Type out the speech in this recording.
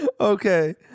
Okay